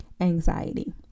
anxiety